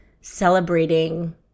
celebrating